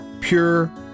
pure